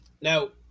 Now